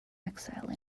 exile